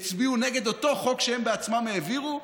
הצביעו נגד אותו חוק שהם עצמם העבירו.